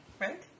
Right